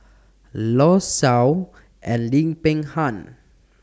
law Shau and Lim Peng Han